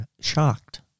shocked